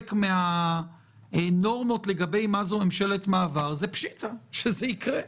מן הנורמות לגבי מה זאת ממשלת מעבר פשיטא שזה יקרה.